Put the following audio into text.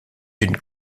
une